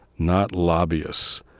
not lobbyists,